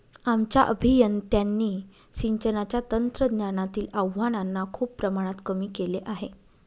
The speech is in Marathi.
आमच्या अभियंत्यांनी सिंचनाच्या तंत्रज्ञानातील आव्हानांना खूप प्रमाणात कमी केले आहे